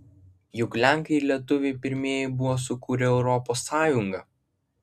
juk lenkai ir lietuviai pirmieji buvo sukūrę europos sąjungą